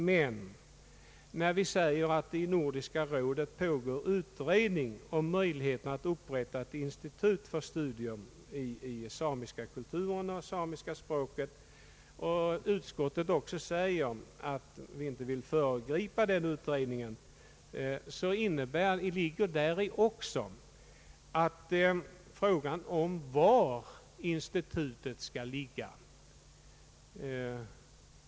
Men när vi säger att det i Nordiska rådet pågår utredning av möjligheten att upprätta ett institut för studier i samiska kulturen och samiska språket och att utskottet inte vill föregripa denna utredning, så anknyter detta också till frågan om var institutet skall ligga.